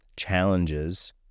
challenges